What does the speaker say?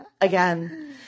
Again